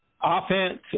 offense